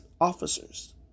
officers